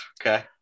Okay